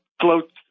floats